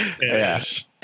Yes